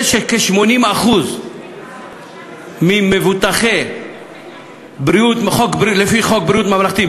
זה שכ-80% מהמבוטחים לפי חוק ביטוח בריאות ממלכתי,